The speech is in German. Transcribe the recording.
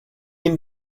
ihn